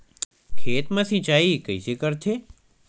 खेत मा सिंचाई कइसे करथे?